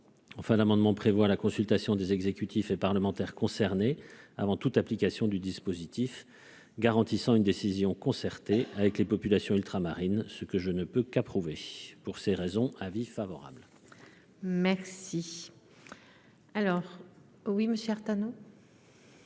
enfin l'amendement prévoit la consultation des exécutifs et parlementaires concernés avant toute application du dispositif garantissant une décision concertée avec les populations ultramarines, ce que je ne peux qu'approuver, pour ces raisons avis favorable. Merci, alors oui, me sert nous.